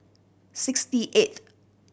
sixty eighth